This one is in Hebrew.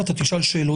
ואתה תשאל שאלות.